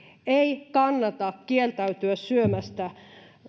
ei kannata kieltäytyä syömästä